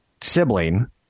sibling